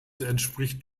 entspricht